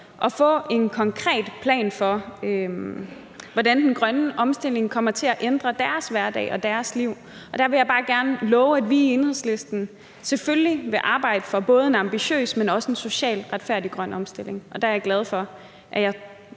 at få en konkret plan for, hvordan den grønne omstilling kommer til at ændre deres hverdag og deres liv. Og dér vil jeg bare gerne love, at vi i Enhedslisten selvfølgelig vil arbejde for både en ambitiøs, men også en socialt retfærdig grøn omstilling, og der er jeg glad for, at jeg